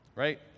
right